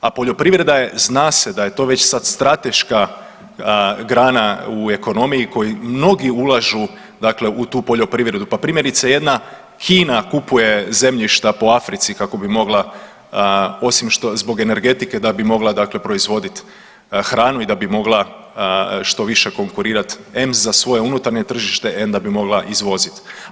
A poljoprivreda je zna se da je to već sad strateška grana u ekonomiji, koji mnogi ulažu dakle u tu poljoprivredu, pa primjerice jedna Kina kupuje zemljišta po Africi kako bi mogla osim što, zbog energetike da bi mogla dakle proizvoditi dakle hranu i da bi mogla što više konkurirat em za svoje unutarnje tržite, em da bi mogla izvoziti.